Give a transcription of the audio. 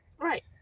Right